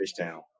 Fishtown